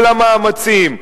כל המאמצים,